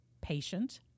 patient